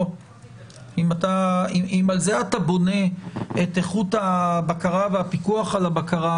אם על זה אתה בונה את איכות הבקרה והפיקוח על הבקרה,